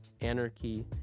anarchy